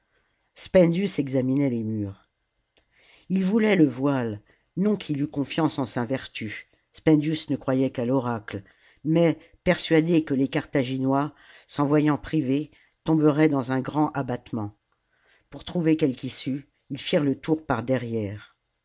spendius examinait les murs il voulait le voile non qu'il eût confiance en sa vertu spendius ne croyait qu'à l'oracle mais persuadé que les carthaginois s'en voyant privés tomberaient dans un grand abattement pour trouver quelque issue ils firent le tour par derrière